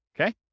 okay